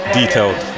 detailed